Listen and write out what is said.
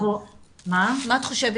מה את חושבת,